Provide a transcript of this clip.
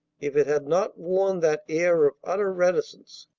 if it had not worn that air of utter reticence.